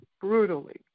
brutally